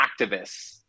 activists